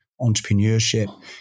entrepreneurship